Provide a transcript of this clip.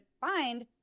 find